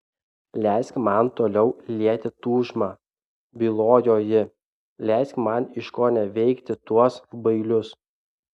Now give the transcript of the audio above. leisk man toliau lieti tūžmą bylojo ji leisk man iškoneveikti tuos bailius